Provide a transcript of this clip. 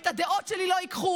את הדעות שלי לא ייקחו,